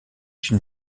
une